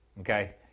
okay